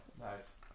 Nice